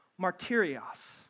martyrios